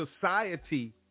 Society